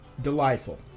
delightful